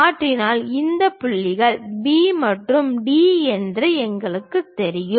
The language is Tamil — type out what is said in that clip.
மாற்றினால் இந்த புள்ளிகள் B மற்றும் D என்று எங்களுக்குத் தெரியும்